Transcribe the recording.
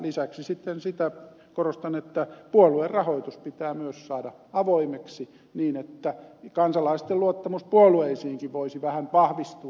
lisäksi sitten korostan sitä että puoluerahoitus pitää myös saada avoimeksi niin että kansalaisten luottamus puolueisiinkin voisi vähän vahvistua